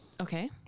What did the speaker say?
Okay